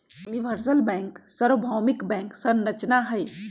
universal bank सर्वभौमिक bank संरचना हई